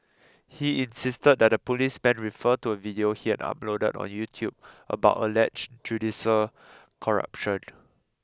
he insisted that the policemen refer to a video he had uploaded on YouTube about alleged judicial corruption